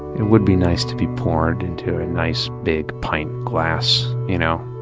it would be nice to be poured into a nice big pint glass. you know